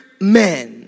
men